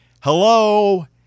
Hello